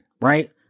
right